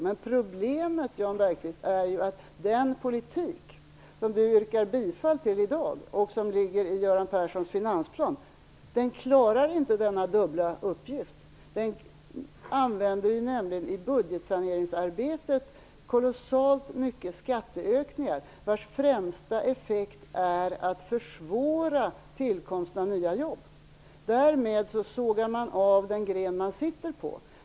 Men problemet är att den politik som Jan Perssons finansplan inte klarar denna dubbla uppgift. Den använder nämligen i budgetsaneringsarbetet kolossalt mycket skatteökningar, vars främsta effekt är att försvåra tillkomsten av nya jobb. Därmed sågar man av den gren man sitter på.